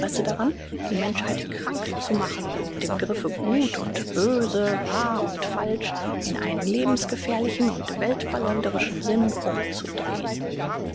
daran die menschheit krank zu machen und die begriffe gut und böse wahr und falsch in einen lebensgefährlichen und weltverleumderischen sinn umzudrehn